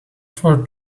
for